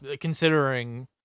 Considering